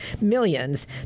millions